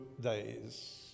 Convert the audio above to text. days